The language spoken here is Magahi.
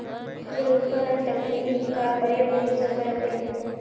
फसल उत्पादन तकनीक का प्रयोग कुंसम करे करूम?